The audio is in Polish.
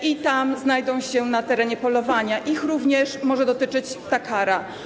Kiedy znajdą się na terenie polowania, ich również może dotyczyć ta kara.